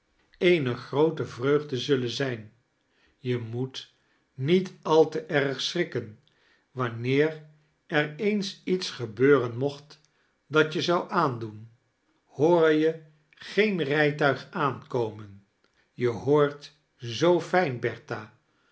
eene groote vreugde zullen zijn je moet niet al te erg schrikken wanneer er eens iets gebeuren mooht dat je zou aandoen hoor je geen rijtuig aankomen je hoort zoo fijn